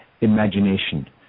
imagination